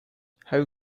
how